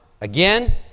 again